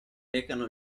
recano